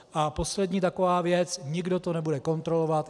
A poslední taková věc nikdo to nebude kontrolovat.